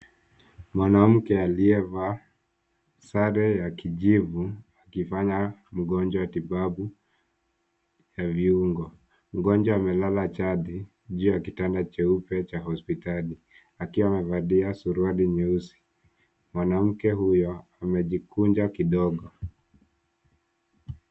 Mwanamke aliyevaa sare ya kijivu, akifanya mgonjwa tibabu ya viungo. Mgonjwa amelala chali juu ya kitanda cheupe cha hospitali akiwa amevalia suruali nyeusi. Mwanamke huyo amejikunja kidogo.